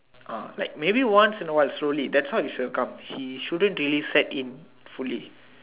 uh like maybe once in awhile slowly that's when he should have come he shouldn't really have sat in fully